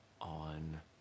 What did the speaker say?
on